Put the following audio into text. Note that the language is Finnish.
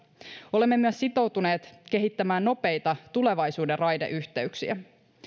olemme myös sitoutuneet kehittämään nopeita tulevaisuuden raideyhteyksiä